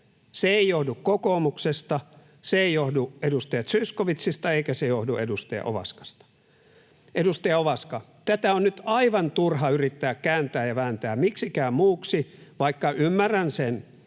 se ei johdu kokoomuksesta, se ei johdu edustaja Zyskowiczista, eikä se johdu edustaja Ovaskasta. Edustaja Ovaska, tätä on nyt aivan turha yrittää kääntää ja vääntää miksikään muuksi, vaikka ymmärrän,